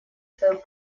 свое